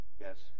Yes